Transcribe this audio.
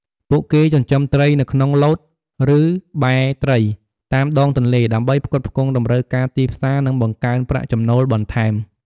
ពួកគេចិញ្ចឹមត្រីនៅក្នុង ឡូត៍ ឬបែរត្រី តាមដងទន្លេ ដើម្បីផ្គត់ផ្គង់តម្រូវការទីផ្សារ និងបង្កើនប្រាក់ចំណូលបន្ថែម។